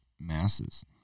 masses